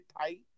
tight